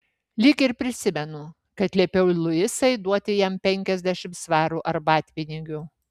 lyg ir prisimenu kad liepiau luisai duoti jam penkiasdešimt svarų arbatpinigių